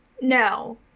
no